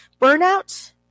burnout